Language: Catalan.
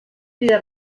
crida